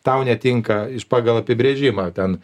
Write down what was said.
tau netinka iš pagal apibrėžimą ten